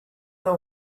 know